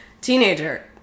teenager